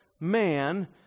man